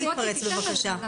חשוב